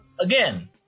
again